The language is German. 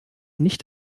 nicht